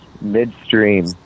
midstream